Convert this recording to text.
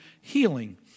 healing